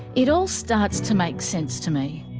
it all starts to make sense to me.